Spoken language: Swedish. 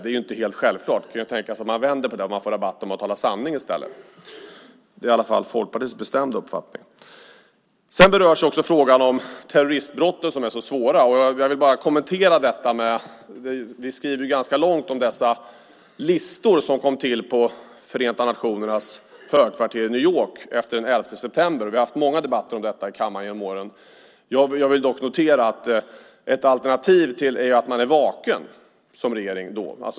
Det är inte helt självklart. Det kan tänkas att man vänder på det, att man får rabatt om man talar sanning i stället. Det är i alla fall Folkpartiets bestämda uppfattning. Sedan berörs frågan om terroristbrotten, som är så svåra. Vi skriver ganska långt om dessa listor som kom till på Förenta nationernas högkvarter i New York efter elfte september, och vi har haft många debatter om detta i kammaren genom åren. Jag vill dock notera att ett alternativ är att man är vaken som regering.